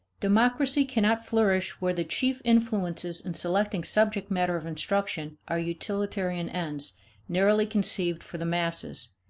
democracy cannot flourish where the chief influences in selecting subject matter of instruction are utilitarian ends narrowly conceived for the masses,